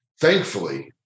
thankfully